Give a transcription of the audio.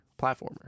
platformer